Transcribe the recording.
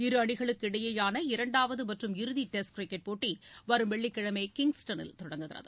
இரு அணிகளுக்கு இடையேயான இரண்டாவது மற்றும் இறுதி டெஸ்டம் கிரிக்கெட் போட்டி வரும் வெள்ளிக்கிழமை கிங்ஸ்டனில் தொடங்குகிறது